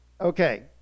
Okay